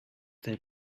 they